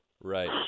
Right